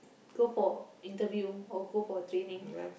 go for interview or go for training